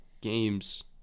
games